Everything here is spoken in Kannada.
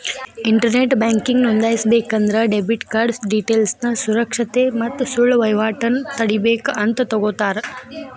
ಇಂಟರ್ನೆಟ್ ಬ್ಯಾಂಕಿಂಗ್ ನೋಂದಾಯಿಸಬೇಕಂದ್ರ ಡೆಬಿಟ್ ಕಾರ್ಡ್ ಡೇಟೇಲ್ಸ್ನ ಸುರಕ್ಷತೆ ಮತ್ತ ಸುಳ್ಳ ವಹಿವಾಟನ ತಡೇಬೇಕಂತ ತೊಗೋತರ